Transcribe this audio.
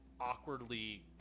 awkwardly